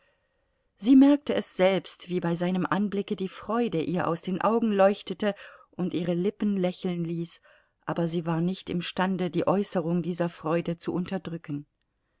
sie merkte es selbst wie bei seinem anblicke die freude ihr aus den augen leuchtete und ihre lippen lächeln ließ aber sie war nicht imstande die äußerung dieser freude zu unterdrücken